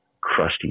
crusty